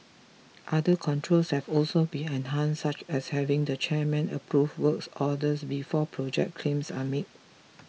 other controls have also been enhanced such as having the chairman approve works orders before project claims are made